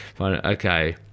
Okay